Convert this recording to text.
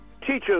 teachers